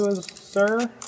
sir